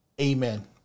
amen